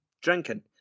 drinking